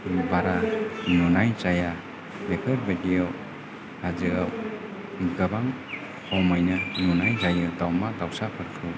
बारा नुनाय जाया बेफोरबायदियाव हाजोआव गोबां खमैनो नुनाय जायो दावमा दावसाफोरखौ